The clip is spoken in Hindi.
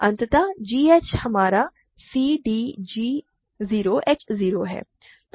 अतः g h हमारा c d g 0 h 0 है